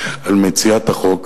על מציעת החוק,